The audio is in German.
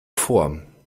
vor